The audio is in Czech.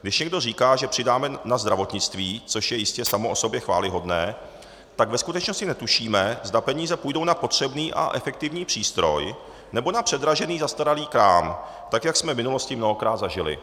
Když někdo říká, že přidáme na zdravotnictví, což je jistě samo o sobě chvályhodné, tak ve skutečnosti netušíme, zda peníze půjdou na potřebný a efektivní přístroj, nebo na předražený zastaralý krám, tak jak jsme v minulosti mnohokrát zažili.